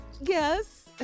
yes